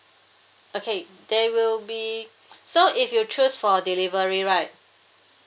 okay there will be so if you choose for delivery right